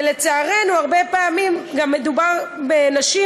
ולצערנו הרבה פעמים גם מדובר בנשים,